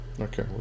Okay